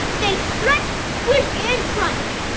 they stretch, squish and crunch!